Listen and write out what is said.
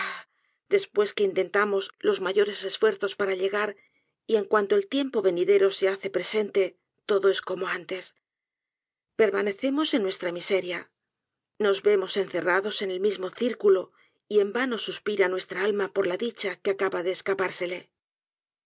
después que intentamos los mayores esfuerzos para llegar y en cuanto el tiempo venidero se hace presente todo es como antes permanecemos en nuestra miseria nos vemos encerrados en el mismo círculo y en vano suspira nuestra alma por la dicha que acaba de escapársele del